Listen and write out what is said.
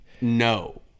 no